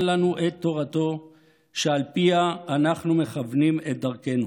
לנו את תורתו שעל פיה אנחנו מכוונים את דרכנו,